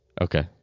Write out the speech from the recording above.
Okay